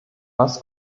was